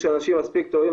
יש אנשים מספיק טובים,